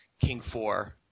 king-four